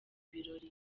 birori